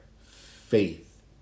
faith